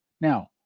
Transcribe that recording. Now